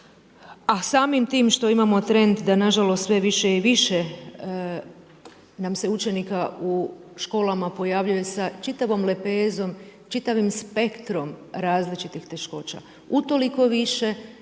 a samim tim što imamo trend da nažalost sve više i više nam se učenika u školama pojavljuju sa čitavom lepezom, čitavim spektrom različitih teškoća. Utoliko više